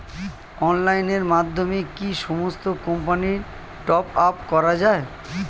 অনলাইনের মাধ্যমে কি সমস্ত কোম্পানির টপ আপ করা যায়?